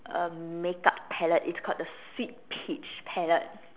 a makeup palette it's called the sweet peach palette